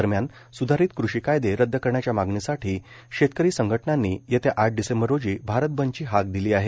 दरम्यान सुधारित कृषी कायदे रद्द करण्याच्या मागणीसाठी शेतकरी संघटनांनी येत्या आठ डिसेंबर रोजी भारत बंदची हाक दिली आहे